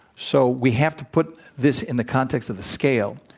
so, we have to put this in the context of the scale.